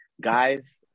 guys